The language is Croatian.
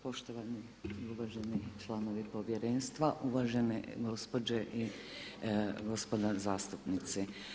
Poštovani i uvaženi članovi povjerenstva, uvažene gospođe i gospoda zastupnici.